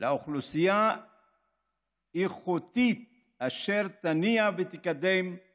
לאוכלוסייה איכותית אשר תניע ותקדם את